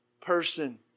person